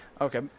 okay